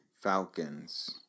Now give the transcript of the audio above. Falcons